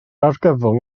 argyfwng